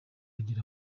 ugira